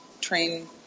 train